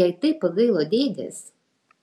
jai taip pagailo dėdės